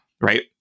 Right